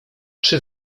czy